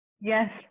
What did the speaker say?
Yes